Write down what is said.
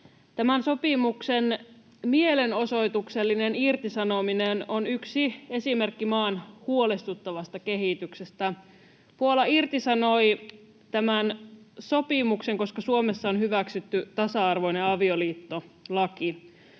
Tämän sopimuksen mielenosoituksellinen irtisanominen on yksi esimerkki maan huolestuttavasta kehityksestä. Puola irtisanoi tämän sopimuksen, koska Suomessa on hyväksytty tasa-arvoinen avioliittolaki.